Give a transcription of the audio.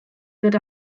ddod